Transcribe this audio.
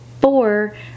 four